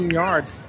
yards